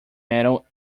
medal